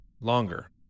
longer